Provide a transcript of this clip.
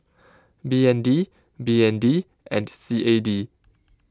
B N D B N D and C A D